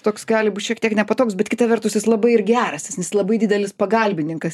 toks gali būt šiek tiek nepatogus bet kita vertus jis labai ir geras jis labai didelis pagalbininkas